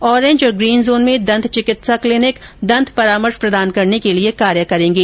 orange और green zone में दंत चिकित्सा क्लीनिक दंत परामर्श प्रदान करने के लिये कार्य करेंगे